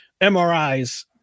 MRIs